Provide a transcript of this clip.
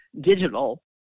digital